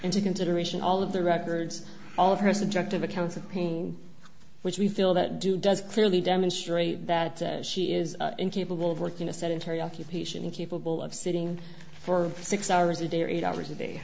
into consideration all of the records all of her subjective accounts of pain which we feel that due does clearly demonstrate that she is incapable of working a sedentary occupation incapable of sitting for six hours a day eight hours a day